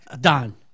done